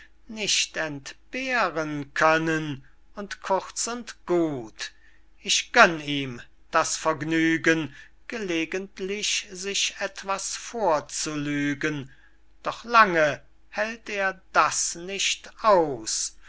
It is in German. nicht entbehren können und kurz und gut ich gönn ihm das vergnügen gelegentlich sich etwas vorzulügen doch lange hält er das nicht aus